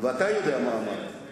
גם אתה יודע מה אמרת.